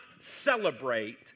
celebrate